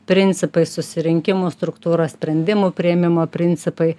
principai susirinkimų struktūra sprendimų priėmimo principai